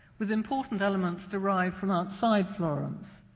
with important elements derived from outside florence.